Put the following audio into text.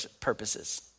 purposes